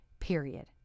period